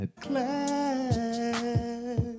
Class